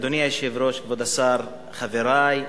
אדוני היושב-ראש, כבוד השר, חברי.